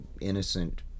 innocent